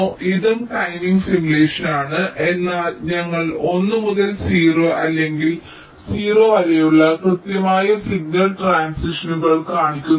ഇതും timing simulation ആണ് എന്നാൽ ഞങ്ങൾ 1 മുതൽ 0 അല്ലെങ്കിൽ 0 വരെയുള്ള കൃത്യമായ സിഗ്നൽ ട്രാൻസിഷനുകൾ കാണിക്കുന്നില്ല